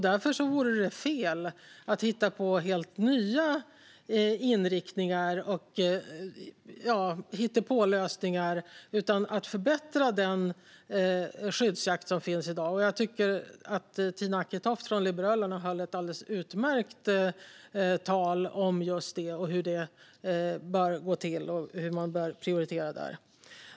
Därför vore det fel att hitta på helt nya inriktningar och skapa hittepålösningar. Det gäller att förbättra den skyddsjakt som finns i dag. Jag tycker att Tina Acketoft från Liberalerna höll ett alldeles utmärkt tal om just det - hur det bör gå till och hur man bör prioritera där.